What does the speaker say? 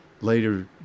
later